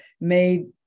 made